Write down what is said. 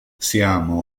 siamo